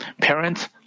parents